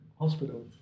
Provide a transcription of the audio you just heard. hospital